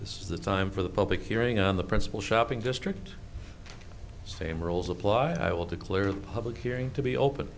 this is the time for the public hearing on the principle shopping district same rules apply will declare public hearing to be open